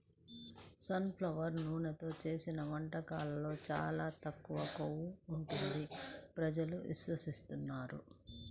sun flower నూనెతో చేసిన వంటకాల్లో చాలా తక్కువ కొవ్వు ఉంటుంది ప్రజలు విశ్వసిస్తున్నారు